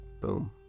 boom